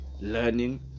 learning